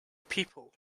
people